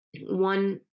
one